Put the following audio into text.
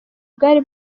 bwari